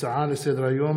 יום